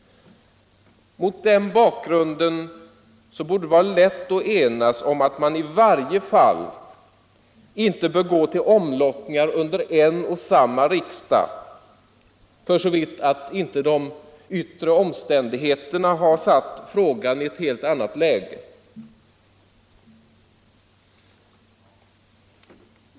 Mot den bakgrunden borde det vara lätt att enas om att man i varje fall inte bör gå till omlottningar under en och samma riksdag för så vitt inte de yttre omständigheterna har satt frågan i ett helt annat läge.